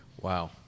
Wow